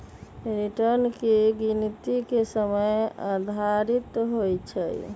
return की गिनति के समय आधारित होइ छइ